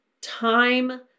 time